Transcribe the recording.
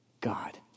God